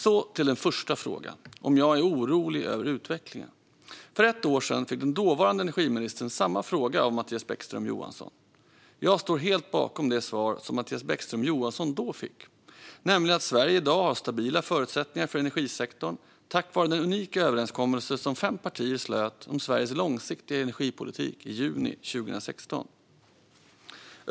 Så till den första frågan, om jag är orolig över utvecklingen. För ett år sedan fick den dåvarande energiministern samma fråga av Mattias Bäckström Johansson. Jag står helt bakom det svar som Mattias Bäckström Johansson då fick, nämligen att Sverige i dag har stabila förutsättningar för energisektorn tack vare den unika överenskommelse som fem partier slöt om Sveriges långsiktiga energipolitik i juni 2016.